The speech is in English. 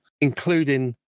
including